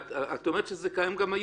את אומרת שזה קיים גם היום.